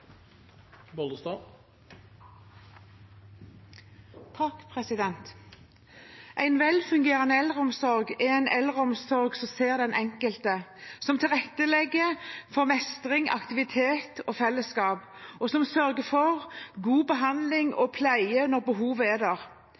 en eldreomsorg som ser den enkelte, som tilrettelegger for mestring, aktivitet og fellesskap, og som sørger for god behandling og pleie når behovet er der.